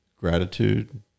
gratitude